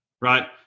right